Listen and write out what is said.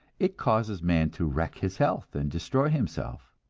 it causes man to wreck his health and destroy himself.